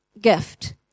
gift